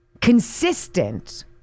consistent